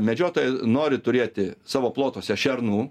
medžiotojai nori turėti savo plotuose šernų